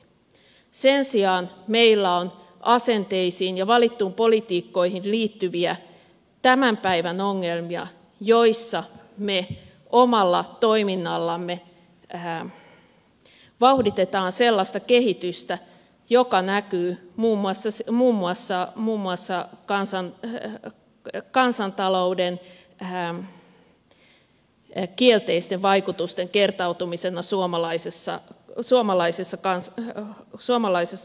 sen sijaan meillä on asenteisiin ja valittuihin politiikkoihin liittyviä tämän päivän ongelmia joissa me omalla toiminnallamme vauhditamme sellaista kehitystä joka näkyy muun muassa kansantalouden kielteisten vaikutusten kertautumisena suomalaisessa yhteiskunnassa